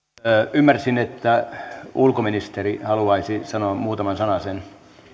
ymmärsin että ulkoministeri haluaisi sanoa muutaman sanasen